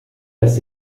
lässt